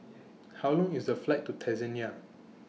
How Long IS The Flight to Tanzania